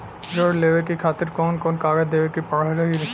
ऋण लेवे के खातिर कौन कोन कागज देवे के पढ़ही?